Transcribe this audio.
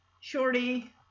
shorty